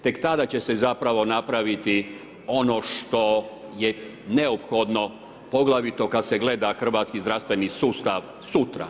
Tek tada će se zapravo napraviti ono što je neophodno, poglavito kad se gleda hrvatski zdravstveni sustav, sutra.